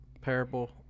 parable